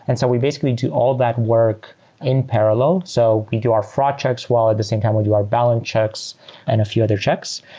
and so we basically do all that work in parallel. so we do our fraud checks, while the same time we do our balance checks and a few other checks.